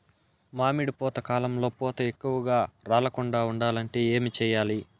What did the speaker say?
మామిడి పూత కాలంలో పూత ఎక్కువగా రాలకుండా ఉండాలంటే ఏమి చెయ్యాలి?